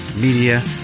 Media